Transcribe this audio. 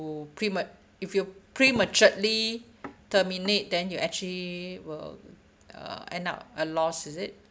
you prema~ if you prematurely terminate then you actually will uh end up a lost is it